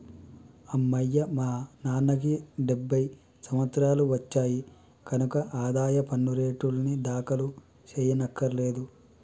అమ్మయ్యా మా నాన్నకి డెబ్భై సంవత్సరాలు వచ్చాయి కనక ఆదాయ పన్ను రేటర్నులు దాఖలు చెయ్యక్కర్లేదులే